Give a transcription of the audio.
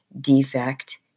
defect